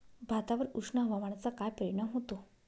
भातावर उष्ण हवामानाचा काय परिणाम होतो?